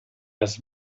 had